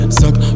suck